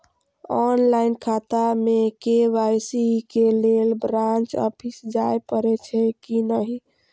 Online खाता में KYC के लेल ब्रांच ऑफिस जाय परेछै कि नहिं?